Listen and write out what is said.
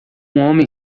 homem